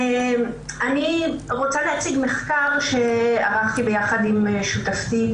אני רוצה להציג מחקר שערכתי יחד עם שותפתי,